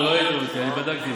הטעו אותך.